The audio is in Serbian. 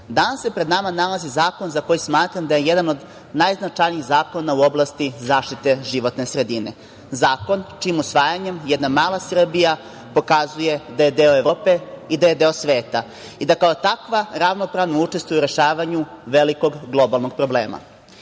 danas se pred nama nalazi zakon za koji smatram da je jedan od najznačajnijih zakona u oblasti zaštite životne sredine, zakon čijim usvajanjem jedna mala Srbija pokazuje da je deo Evrope i da je deo sveta i da kao takva ravnopravno učestvuje u rešavanju velikog globalnog problema. Ovim